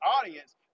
audience